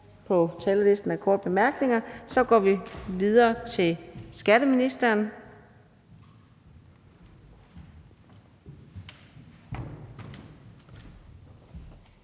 på talerlisten til korte bemærkninger, går vi videre til skatteministeren.